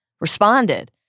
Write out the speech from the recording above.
responded